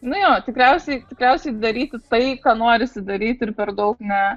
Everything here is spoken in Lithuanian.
nu jo tikriausiai tikriausiai daryti tai ką norisi daryti ir per daug ne